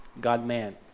God-man